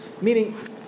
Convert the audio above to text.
Meaning